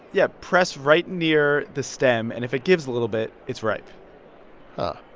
yeah. press right near the stem. and if it gives a little bit, it's ripe huh